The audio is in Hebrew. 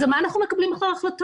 אז על מה אנחנו מקבלים בכלל החלטות?